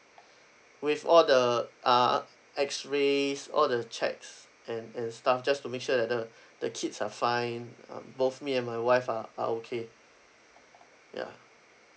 with all the uh X-rays all the checks and and stuff just to make sure that the the kids are fine um both me and my wife are are okay ya